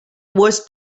was